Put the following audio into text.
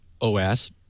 OS